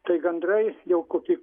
tai gandrai jau kokį